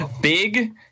Big